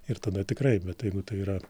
ir tada tikrai bet jeigu tai yra